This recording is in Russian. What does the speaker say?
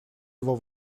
его